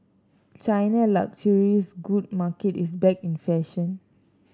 China luxury good market is back in fashion